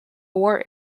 war